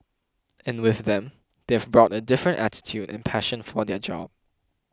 and with them they have brought a different attitude and passion for their job